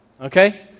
Okay